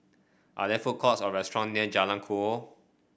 are there food courts or restaurant near Jalan Kukoh